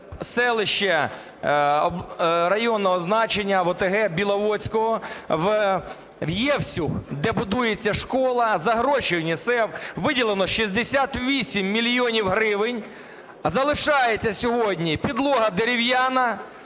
селище районного значення, в ОТГ Біловодська, Євсуг. Де будується школа за гроші ЮНІСЕФ, виділено 68 мільйонів гривень. Залишається сьогодні підлога дерев'яна,